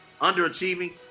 underachieving